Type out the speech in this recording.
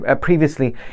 previously